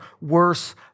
worse